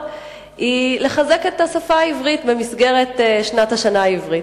היא לחזק את השפה העברית במסגרת שנת השפה העברית.